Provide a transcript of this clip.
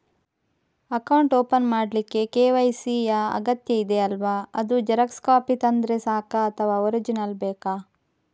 Account open ಮಾಡ್ಲಿಕ್ಕೆ KYC ಯಾ ಅಗತ್ಯ ಇದೆ ಅಲ್ವ ಅದು ಜೆರಾಕ್ಸ್ ಕಾಪಿ ತಂದ್ರೆ ಸಾಕ ಅಥವಾ ಒರಿಜಿನಲ್ ಬೇಕಾ?